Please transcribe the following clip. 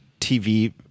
TV